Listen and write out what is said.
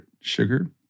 sugar